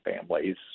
families